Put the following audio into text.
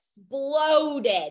Exploded